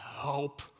help